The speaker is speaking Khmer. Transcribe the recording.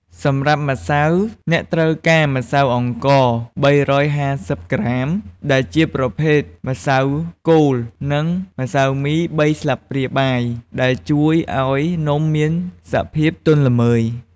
សម្រាប់ម្សៅ អ្នកត្រូវការ ម្សៅអង្ករ ៣៥០ ក្រាម ដែលជាប្រភេទម្សៅគោល និង ម្សៅមី ៣ ស្លាបព្រាបាយ ដែលជួយឱ្យនំមានសភាពទន់ល្មើយ។